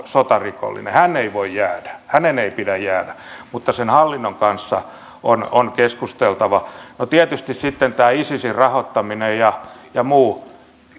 sotarikollinen hän ei voi jäädä hänen ei pidä jäädä mutta sen hallinnon kanssa on on keskusteltava no sitten on tietysti tämä isisin rahoittaminen ja ja muu